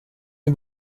est